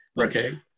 Okay